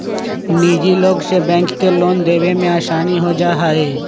निजी लोग से बैंक के लोन देवे में आसानी हो जाहई